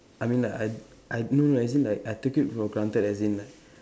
I mean like I I no no as in like I take it for granted as in like